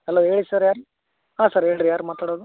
hello ಹೇಳಿ sir ಯಾರು ಹಾಂ ಸರ್ ಹೇಳ್ರಿ ಯಾರು ಮಾತಾಡೋದು